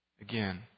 again